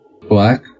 Black